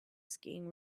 skiing